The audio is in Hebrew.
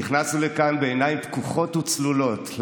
נכנסנו לכאן בעיניים פקוחות וצלולות.